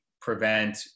prevent